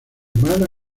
mala